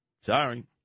sorry